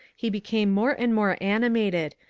he became more and more animated,